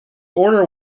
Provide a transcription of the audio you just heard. order